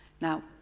Now